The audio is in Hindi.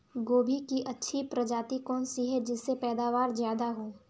गोभी की अच्छी प्रजाति कौन सी है जिससे पैदावार ज्यादा हो?